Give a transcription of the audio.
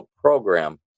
program